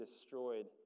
destroyed